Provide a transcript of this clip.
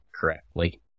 correctly